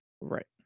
Right